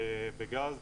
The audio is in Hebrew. בגז,